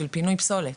של פינוי פסולת